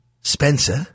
Spencer